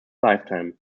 lifetime